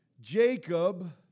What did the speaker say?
Jacob